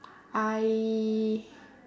I